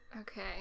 Okay